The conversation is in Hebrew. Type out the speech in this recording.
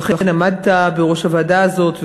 ואכן עמדת בראש הוועדה הזאת,